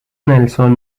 نلسون